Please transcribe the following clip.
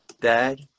Dad